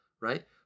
right